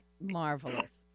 marvelous